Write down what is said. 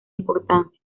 importancia